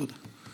תודה.